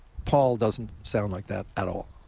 paul doesn't sound like that at all.